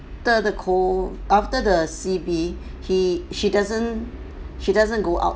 the co~ after the C_B he she doesn't she doesn't go out